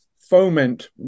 foment